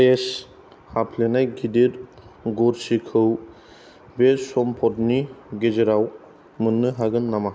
fresh हाफ्लेनाय गिदिर गरसिखौ बे सम्पतानि गेजेराव मोन्नो हागोन नामा